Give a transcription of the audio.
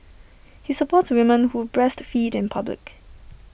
he supports women who breastfeed in public